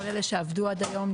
כל אלה שעבדו עד היום,